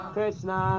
Krishna